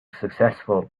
successful